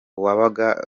uwagaba